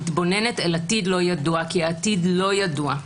מתבוננת אל עתיד לא ידוע, כי העתיד לא ידוע.